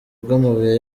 bw’amabuye